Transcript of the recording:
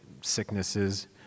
sicknesses